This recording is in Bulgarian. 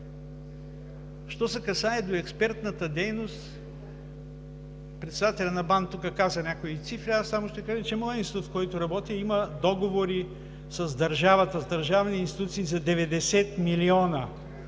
Що се касае до експертната дейност, председателят на БАН каза тук някои цифри. Аз само ще кажа, че в моя институт, в който работя, има договори с държавата, с държавни институции за 90 милиона!